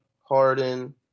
Harden